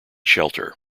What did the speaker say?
shelter